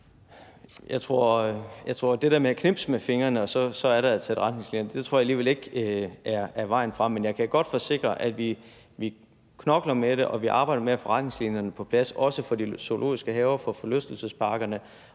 ikke, at det der med at knipse med fingrene og så have et sæt retningslinjer er vejen frem, men jeg kan godt forsikre om, at vi knokler med det, og at vi arbejder med at få retningslinjerne på plads, også for de zoologiske haver og forlystelsesparkerne,